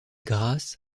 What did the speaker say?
grasse